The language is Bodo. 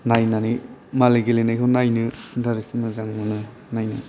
नायनानै मालाय गेलेनायखौ नायनो इन्टारेस्ट मोजां मोनो नायनो